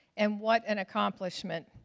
and what an accomplishment.